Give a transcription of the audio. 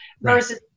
versus